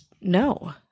no